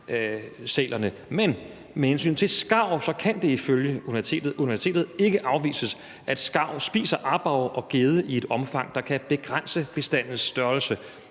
Men med hensyn til skarv kan det ifølge universitetet ikke afvises, at skarv spiser aborre og gedde i et omfang, der kan begrænse bestandens størrelse.